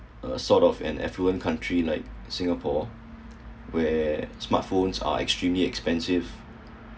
sort of an affluent country like singapore where smartphones are extremely expensive